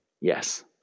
Yes